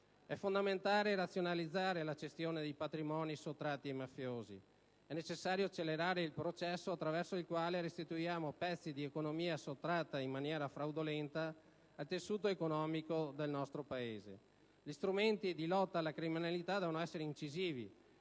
È fondamentale razionalizzare la gestione dei patrimoni sottratti ai mafiosi. È necessario accelerare il processo attraverso il quale restituiamo pezzi di economia sottratta in maniera fraudolenta al tessuto economico del nostro Paese. Gli strumenti di lotta alla criminalità devono essere incisivi